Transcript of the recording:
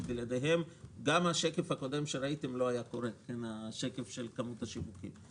שבלעדיהם השקף הקודם שראיתם על כמות השיווקים לא היה קורה.